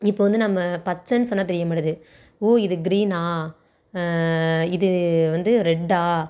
இப்போ வந்து நம்ம பச்சைன்னு சொன்னால் தெரியமாட்டிது ஓ இது க்ரீனா இது வந்து ரெட்டா